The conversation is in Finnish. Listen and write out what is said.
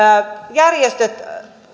järjestöt